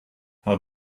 how